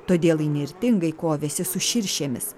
todėl įnirtingai kovėsi su širšėmis